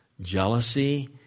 jealousy